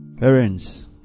Parents